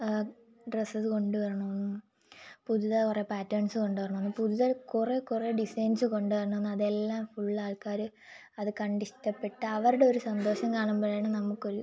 ഡ്രസ്സസുകൊണ്ട് വരണമെന്നും പുതിയതായി കുറേ പാറ്റേൺസ് കൊണ്ടുവരണമെന്നും പുതിയതായി കുറേ കുറേ ഡിസൈൻസ് കൊണ്ടുവരണമെന്നും അതെല്ലാം ഫുള്ള് ആൾക്കാർ അത് കണ്ട് ഇഷ്ടപ്പെട്ട് അവരുടെ ഒരു സന്തോഷം കാണുമ്പോഴാണ് നമ്മൾക്കൊരു